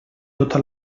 tota